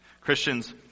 Christians